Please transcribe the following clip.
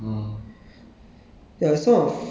where did you see it then I saw in Fastjob